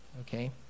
okay